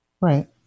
Right